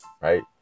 right